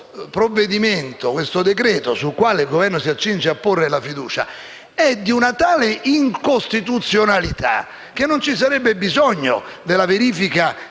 Questo provvedimento, infatti, sul quale il Governo si accinge a porre la fiducia, è di una tale incostituzionalità che non ci sarebbe bisogno della verifica